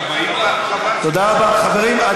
תודה רבה, חברים.